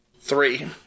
Three